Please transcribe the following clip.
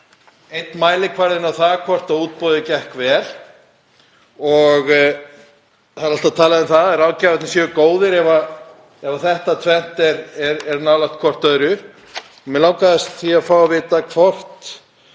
einn mælikvarðinn á það hvort útboðið gekk vel. Það er alltaf talað um að ráðgjafarnir séu góðir ef þetta tvennt er nálægt hvort öðru. Mig langaði því að fá að vita hvort